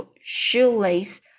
shoelace